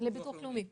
לאומי